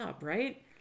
right